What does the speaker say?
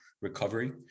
recovery